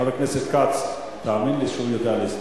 חבר הכנסת כץ, תאמין לי שהוא יודע להסתדר.